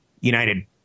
United